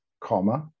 comma